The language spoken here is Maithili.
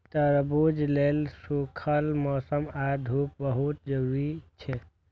तरबूज लेल सूखल मौसम आ धूप बहुत जरूरी छै